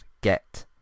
get